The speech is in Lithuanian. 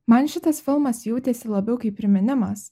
man šitas filmas jautėsi labiau kaip priminimas